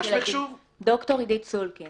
אני